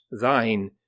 Thine